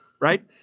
right